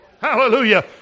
Hallelujah